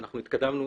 אנחנו התקדמנו,